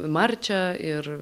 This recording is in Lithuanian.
marčią ir